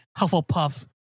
Hufflepuff